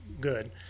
good